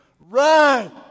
run